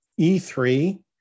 E3